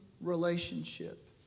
relationship